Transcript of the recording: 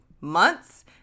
months